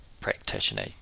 practitioner